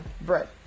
bread